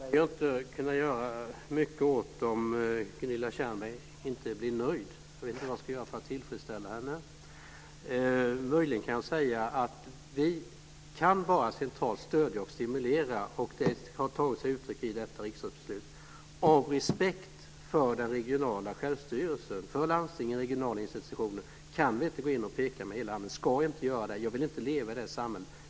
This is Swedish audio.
Herr talman! Jag kan inte göra mycket åt att Gunilla Tjernberg inte blir nöjd. Jag vet inte vad jag ska göra för att tillfredsställa henne. Möjligen kan jag säga att vi centralt bara kan stödja och stimulera. Det har tagit sig uttryck i detta riksdagsbeslut. Av respekt för den regionala självstyrelsen - för landstingen och för regionala institutioner - kan vi inte gå in och peka med hela handen. Vi ska inte göra det. Jag vill inte leva i ett sådant samhälle.